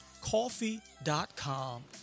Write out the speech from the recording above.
coffee.com